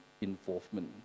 involvement